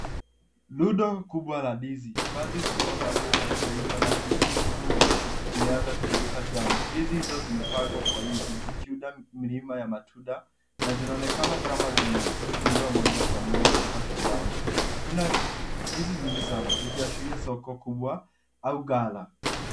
Rundo kubwa la ndizi badhi zikiwa bado zijaivaa na zingine zimeanza kukeuka njano. Ndizi hizo zimepangwa kwa wingi zikiunda milima ya matunda, zinaonekana kama zimejukuliwa moja kwa moja kutoka shambani. Kuna ndizi nyingi sana sikiasheria soko kubwa au kala.